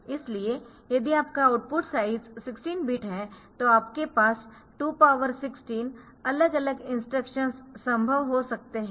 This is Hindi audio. इसलिए यदि आपका आउटपुट साइज 16 बिट है तो आपके पास 216 अलग अलग इंस्ट्रक्शंस संभव हो सकते है